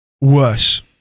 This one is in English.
worse